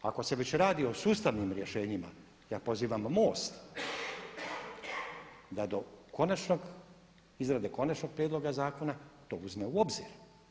Ako se već radi o sustavnim rješenjima ja pozivam MOST da do konačnog, izrade konačnog prijedloga zakona to uzme u obzir.